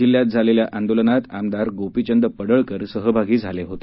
जिल्ह्यात झालेल्या आंदोलनात आमदार गोपीचंद पडळकर सहभागी झाले होते